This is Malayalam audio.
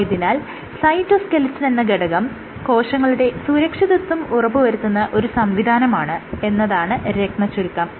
ആയതിനാൽ സൈറ്റോസ്കെലിറ്റൻ എന്ന ഘടകം കോശങ്ങളുടെ സുരക്ഷിതത്വം ഉറപ്പു വരുത്തുന്ന ഒരു സംവിധാനമാണ് എന്നതാണ് രത്നച്ചുരുക്കം